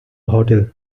hotel